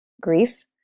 grief